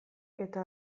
eta